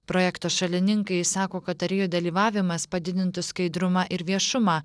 projekto šalininkai sako kad tarėjų dalyvavimas padidintų skaidrumą ir viešumą